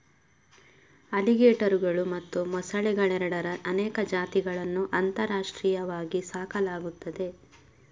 ಅಲಿಗೇಟರುಗಳು ಮತ್ತು ಮೊಸಳೆಗಳೆರಡರ ಅನೇಕ ಜಾತಿಗಳನ್ನು ಅಂತಾರಾಷ್ಟ್ರೀಯವಾಗಿ ಸಾಕಲಾಗುತ್ತದೆ